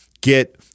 get